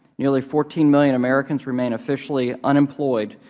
nearly fourteen million americans remain officially unemployed,